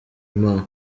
imana